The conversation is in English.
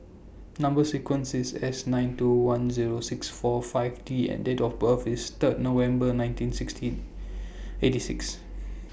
Number sequence IS S nine two one Zero six four five T and Date of birth IS Third November nineteen sixteen eighty six